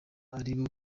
aribo